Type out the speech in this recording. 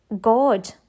God